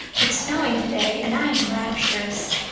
it's snowing today, and i'm rapturous.